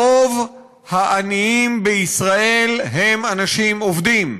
רוב העניים בישראל הם אנשים עובדים,